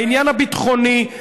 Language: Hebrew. בעניין הביטחוני,